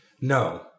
no